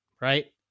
right